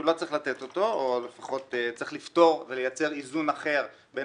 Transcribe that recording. שלא צריך לתת אותו או לפחות צריך לפטור ולייצר איזון אחר בין